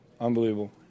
unbelievable